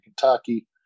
Kentucky